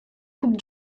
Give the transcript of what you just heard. coupe